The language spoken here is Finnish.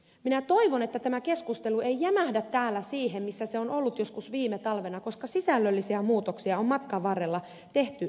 minä toivon että tämä keskustelu ei jämähdä täällä siihen missä se on ollut joskus viime talvena koska sisällöllisiä muutoksia on matkan varrella tehty niin paljon